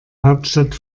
hauptstadt